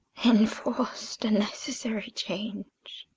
enforc'd and necessary change.